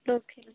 local